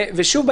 לילך,